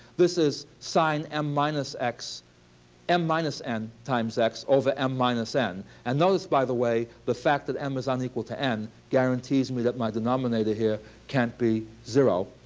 this is sine m minus x m minus n times x over m minus n. and those, by the way, the fact that m is unequal to n, guarantees me that my denominator here can't be zero.